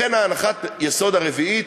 לכן, הנחת היסוד הרביעית